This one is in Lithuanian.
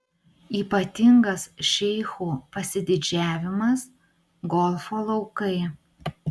ypatingas šeichų pasididžiavimas golfo laukai